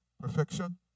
perfection